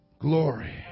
Glory